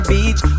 Beach